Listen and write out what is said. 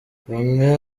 bamwe